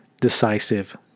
decisive